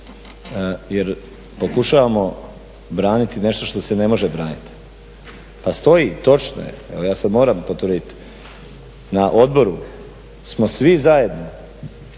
jer pokušavamo braniti nešto što se ne može braniti. Pa stoji, točno je, evo ja sad moram potvrditi na odboru smo svi zajedno